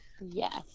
Yes